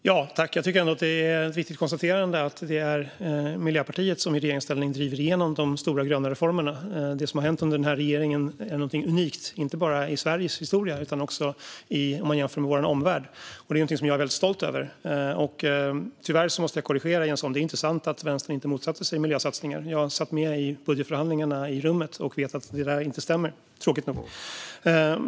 Fru talman! Jag tycker ändå att det är ett viktigt konstaterande att det är Miljöpartiet som i regeringsställning driver igenom de stora gröna reformerna. Det som har hänt under den här regeringen är något unikt, inte bara i Sveriges historia utan också jämfört med vår omvärld, och det är något som jag är väldigt stolt över. Tyvärr måste jag korrigera Jens Holm. Det är inte sant att Vänstern inte motsatte sig miljösatsningar. Jag satt med i rummet i budgetförhandlingarna och vet att det inte stämmer, tråkigt nog.